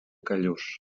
callús